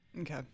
Okay